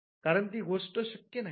कारण ती गोष्ट शक्य नाही